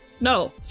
no